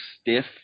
stiff